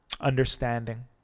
understanding